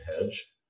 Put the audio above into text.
hedge